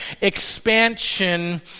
expansion